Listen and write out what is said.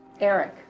Eric